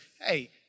hey